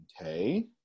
Okay